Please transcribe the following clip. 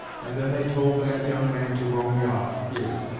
and then they told that young man to row me off, here.